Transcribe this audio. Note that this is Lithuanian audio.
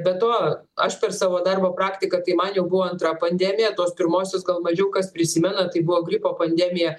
be to aš per savo darbo praktiką tai man jau buvo antra pandemija tuos pirmuosius gal mažiukas prisimenat tai buvo gripo pandemija